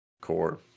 core